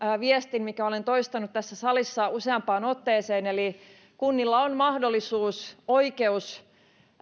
viestin minkä olen toistanut tässä salissa useampaan otteeseen eli kunnilla on mahdollisuus oikeus